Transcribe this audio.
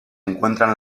encuentran